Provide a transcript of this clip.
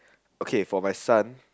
okay for my son